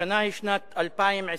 השנה היא שנת 2022,